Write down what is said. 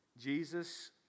Jesus